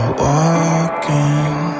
walking